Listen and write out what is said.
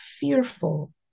fearful